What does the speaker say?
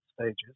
stages